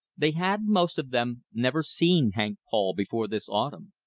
they had, most of them, never seen hank paul before this autumn.